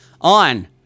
on